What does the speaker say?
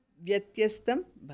व्यत्यस्तं भवति